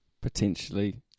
Potentially